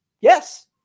Yes